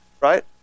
Right